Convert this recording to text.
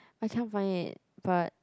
I cannot find it but